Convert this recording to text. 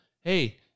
hey